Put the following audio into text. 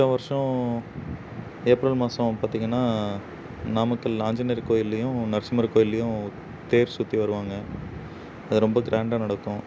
வருஷா வருஷம் ஏப்ரல் மாதம் பார்த்தீங்கன்னா நாமக்கல் ஆஞ்சநேயர் கோயில்லையும் நரசிம்மர் கோயில்லையும் தேர் சுற்றி வருவாங்க அது ரொம்ப கிராண்டாக நடக்கும்